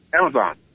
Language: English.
Amazon